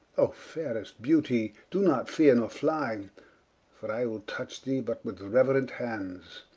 oh fairest beautie, do not feare, nor flye for i will touch thee but with reuerend hands,